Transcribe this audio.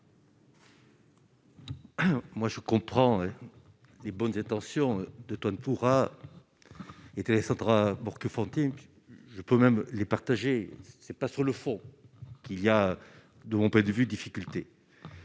Moi je comprends les bonnes intentions de tonnes pourra étaient centres bourg que font, je peux même les partager, ce n'est pas sur le fond qu'il y a de mon point de vue difficulté